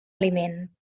aliment